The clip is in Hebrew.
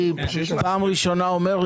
אני פעם ראשונה אומר,